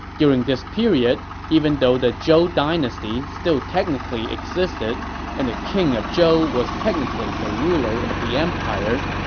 during this period, even though the zhou dynasty still technically existed and the king of zhou was technically the ruler of the empire,